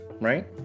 right